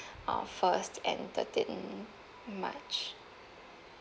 uh first and thirteen march